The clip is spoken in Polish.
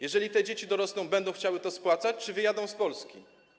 Jeżeli te dzieci dorosną, będą chciały to spłacać czy wyjadą z Polski?